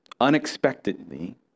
Unexpectedly